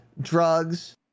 drugs